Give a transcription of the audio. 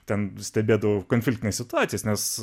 ten stebėdavau konfliktines situacijas nes